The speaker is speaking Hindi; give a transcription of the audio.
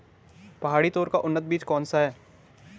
पहाड़ी तोर का उन्नत बीज कौन सा है?